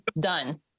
done